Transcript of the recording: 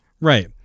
Right